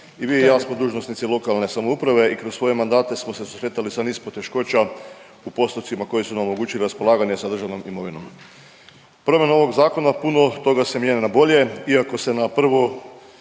i vi i ja smo dužnosnici lokalne samouprave i u svojim mandate smo se susretali sa niz poteškoća u postupcima koji su nam omogućili raspolaganje sa državnom imovinom. Problem ovog Zakona puno toga mijenja na bolje iako se na prvo